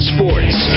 Sports